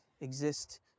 exist